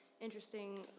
interesting